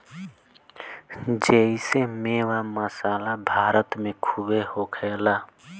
जेइसे मेवा, मसाला भारत मे खूबे होखेला